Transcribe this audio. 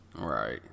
right